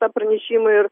tą pranešimą ir